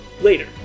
later